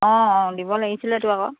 অঁ অঁ দিব লাগিছিলেতো আকৌ